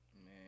Man